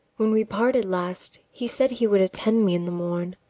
when we parted last, he said he would attend me in the morn.